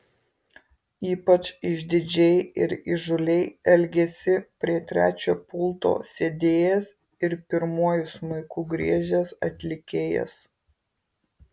ypač išdidžiai ir įžūliai elgėsi prie trečio pulto sėdėjęs ir pirmuoju smuiku griežęs atlikėjas